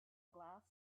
glass